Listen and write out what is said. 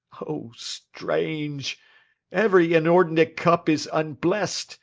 o strange every inordinate cup is unbless'd,